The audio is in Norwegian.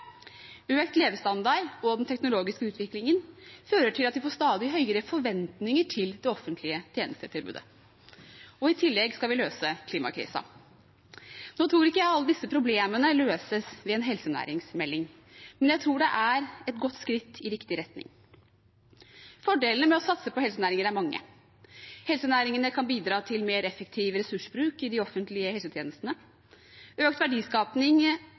Økt levestandard og den teknologiske utviklingen fører til at vi får stadig større forventninger til det offentlige tjenestetilbudet. I tillegg skal vi løse klimakrisen. Nå tror ikke jeg alle disse problemene løses ved en helsenæringsmelding, men jeg tror det er et godt skritt i riktig retning. Fordelene ved å satse på helsenæringer er mange. Helsenæringene kan bidra til mer effektiv ressursbruk i de offentlige helsetjenestene, økt